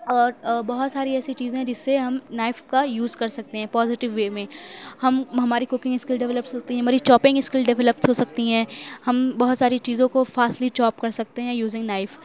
اور بہت ساری ایسی چیزیں جس سے ہم نائف کا یُوز کر سکتے ہیں پازیٹو وے میں ہم ہماری کوکنگ اسکلز ڈیولپ ہوتی ہیں ہماری چوپنگ اسکلز ڈیولپ ہو سکتی ہیں ہم بہت ساری چیزوں کو فاسٹلی چوپ کر سکتے ہیں یوزنگ نائف